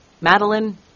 Madeline